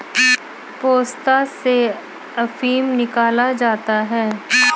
पोस्ता से अफीम निकाला जाता है